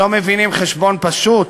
לא מבינים חשבון פשוט?